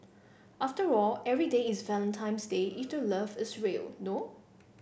after all every day is Valentine's Day if the love is real no